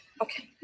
Okay